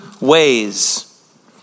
ways